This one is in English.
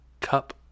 cup